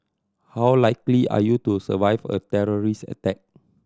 how likely are you to survive a terrorist attack